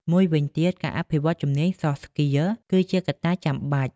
មួយវិញទៀត ការអភិវឌ្ឍជំនាញ soft skill គឺជាកត្តាចាំបាច់។